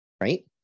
right